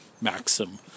maxim